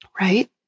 Right